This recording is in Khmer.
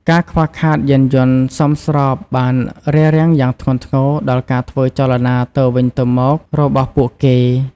ការខ្វះខាតយានយន្តសមស្របបានរារាំងយ៉ាងធ្ងន់ធ្ងរដល់ការធ្វើចលនាទៅវិញទៅមករបស់ពួកគេ។